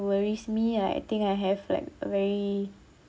worries me like I think I have like a very